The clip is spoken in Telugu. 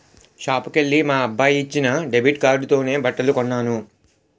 షాపుకెల్లి మా అబ్బాయి ఇచ్చిన డెబిట్ కార్డుతోనే బట్టలు కొన్నాను